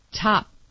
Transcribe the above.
top